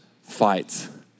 fights